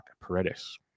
Paredes